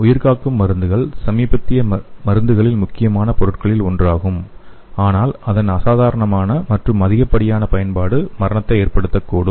உயிர்காக்கும் மருந்துகள் சமீபத்திய மருந்துகளில் முக்கியமான பொருட்களில் ஒன்றாகும் ஆனால் அதன் அசாதாரண மற்றும் அதிகப்படியான பயன்பாடு மரணத்தை ஏற்படுத்தக்கூடும்